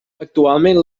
actualment